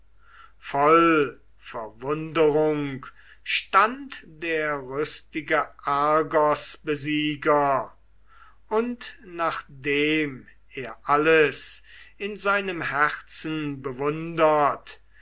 voll verwunderung stand der rüstige argosbesieger und nachdem er alles in seinem herzen bewundert